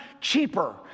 cheaper